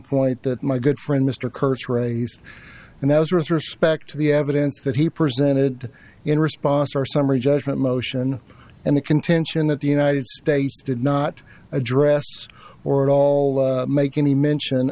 point that my good friend mr kurtz raised and that was respect to the evidence that he presented in response or summary judgment motion and the contention that the united states did not address or at all make any mention